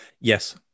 Yes